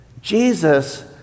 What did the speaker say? Jesus